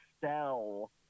sell